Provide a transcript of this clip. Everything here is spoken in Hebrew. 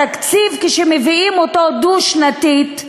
התקציב, כשמביאים אותו דו-שנתית,